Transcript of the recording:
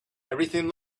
everything